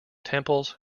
temples